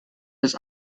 his